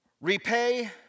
Repay